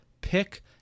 Pick